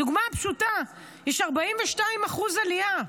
הדוגמה הפשוטה, יש 42% עלייה.